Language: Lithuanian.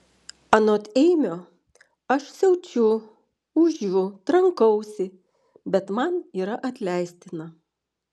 anot eimio aš siaučiu ūžiu trankausi bet man yra atleistina